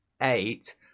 eight